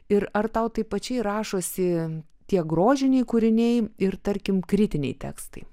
ir ar tau taip pačiai rašosi tie grožiniai kūriniai ir tarkim kritiniai tekstai